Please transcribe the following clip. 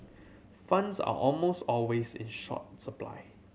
funds are almost always in short supply